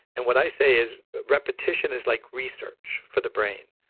and what i say is repetition is like research for the brain.